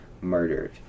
murdered